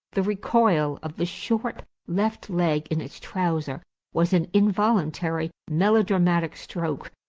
the recoil of the short left leg in its trouser was an involuntary melodramatic stroke,